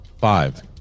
Five